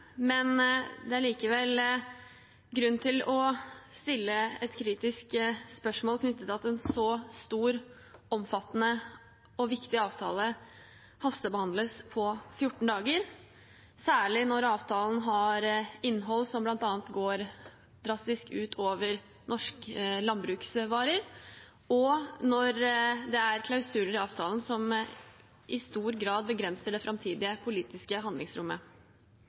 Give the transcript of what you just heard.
Det er likevel grunn til å stille et kritisk spørsmål knyttet til at en så stor, omfattende og viktig avtale hastebehandles på 14 dager, særlig når avtalen har innhold som bl.a. går drastisk ut over norske landbruksvarer, og når det er klausuler i avtalen som i stor grad begrenser det framtidige politiske handlingsrommet.